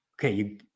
Okay